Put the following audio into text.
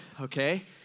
okay